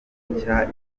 nshya